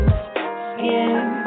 skin